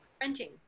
renting